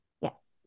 yes